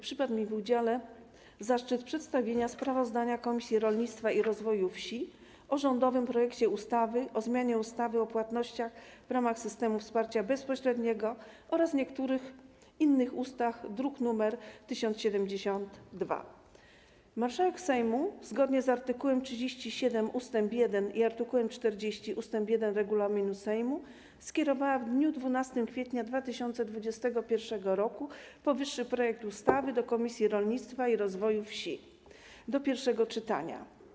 Przypadł mi w udziale zaszczyt przedstawienia sprawozdania Komisji Rolnictwa i Rozwoju Wsi o rządowym projekcie ustawy o zmianie ustawy o płatnościach w ramach systemu wsparcia bezpośredniego oraz niektórych innych ustaw, druk nr 1072. Marszałek Sejmu, zgodnie z art. 37 ust. 1 i art. 40 ust. 1 regulaminu Sejmu, skierowała w dniu 12 kwietnia 2021 r. powyższy projekt ustawy do Komisji Rolnictwa i Rozwoju Wsi do pierwszego czytania.